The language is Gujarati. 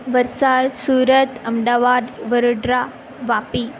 વલસાડ સુરત અમદાવાદ વડોદરા વાપી